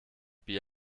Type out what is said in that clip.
bier